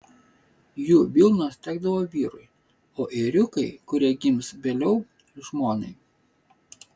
jų vilnos tekdavo vyrui o ėriukai kurie gims vėliau žmonai